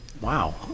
wow